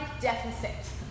deficit